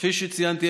כפי שציינתי,